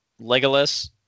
Legolas